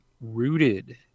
rooted